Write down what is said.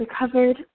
recovered